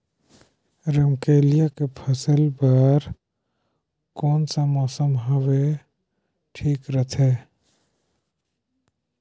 रमकेलिया के फसल बार कोन सा मौसम हवे ठीक रथे?